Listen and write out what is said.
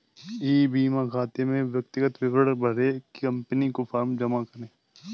ई बीमा खाता में व्यक्तिगत विवरण भरें व कंपनी को फॉर्म जमा करें